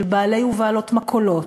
של בעלי ובעלות מכולות,